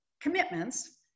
commitments